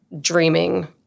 dreaming